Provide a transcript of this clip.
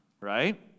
right